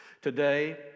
today